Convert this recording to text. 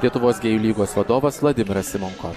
lietuvos gėjų lygos vadovas vladimiras simonko